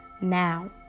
now